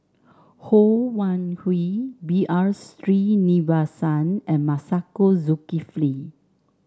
Ho Wan Hui B R Sreenivasan and Masagos Zulkifli